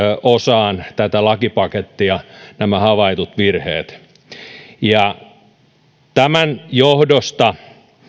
osaan tätä lakipakettia nämä havaitut virheet tämän johdosta